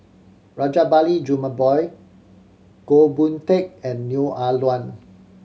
Rajabali Jumabhoy Goh Boon Teck and Neo Ah Luan